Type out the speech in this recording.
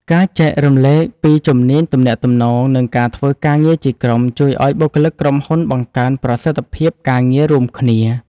ការចែករំលែកពី ជំនាញទំនាក់ទំនង និងការធ្វើការងារជាក្រុម ជួយឱ្យបុគ្គលិកក្រុមហ៊ុនបង្កើនប្រសិទ្ធភាពការងាររួមគ្នា។